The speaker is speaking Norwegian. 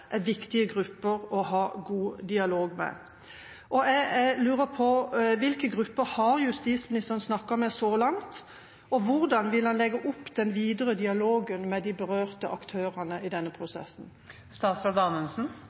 er viktige grupper å ha god dialog med. Det jeg lurer på, er: Hvilke grupper har justisministeren snakket med så langt? Og hvordan vil han legge opp den videre dialogen med de berørte aktørene i denne